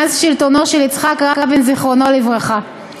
מאז שלטונו של יצחק רבין, זיכרונו לברכה.